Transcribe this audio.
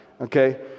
Okay